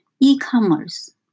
e-commerce